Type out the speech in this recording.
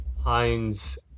Heinz